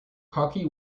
cocky